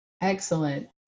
Excellent